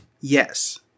Yes